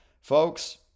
folks